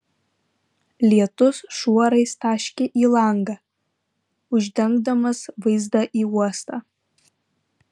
lietus šuorais taškė į langą uždengdamas vaizdą į uostą